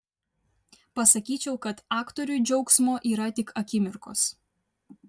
pasakyčiau kad aktoriui džiaugsmo yra tik akimirkos